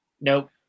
Nope